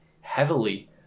heavily